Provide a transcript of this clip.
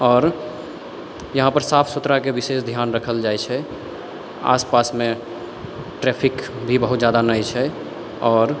आओर यहाँपर साफ सुथराके विशेष ध्यान रखल जाइ छै आसपासमे ट्रैफिक भी बहुत ज्यादा नहि छै आओर